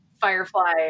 Firefly